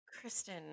Kristen